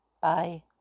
Bye